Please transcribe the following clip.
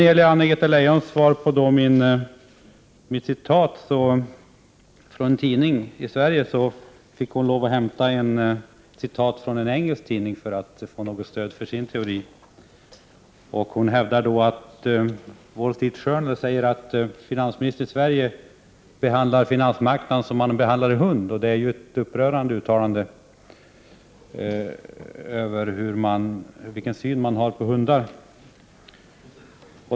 När Anna-Greta Leijon sedan skulle kommentera mitt citat från en tidning i Sverige så fick hon lov att hämta citat från en engelsk tidning för att få något stöd för sin teori. Hon hävdar då att Wall Street Journal säger att finansministern i Sverige behandlar finansmarknaden som man behandlar en hund. Det är ju ett upprörande uttalande om vilken syn man har på hundar.